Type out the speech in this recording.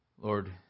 Lord